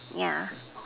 yeah